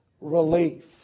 relief